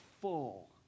full